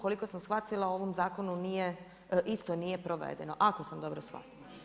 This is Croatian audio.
Koliko sam shvatila o ovom zakonu isto nije provedeno, ako sam dobro shvatila.